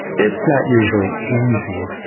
it's not usually easy.